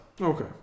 okay